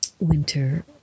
winter